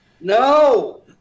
No